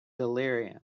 delirium